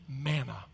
manna